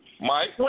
Mike